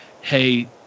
hey